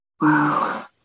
Wow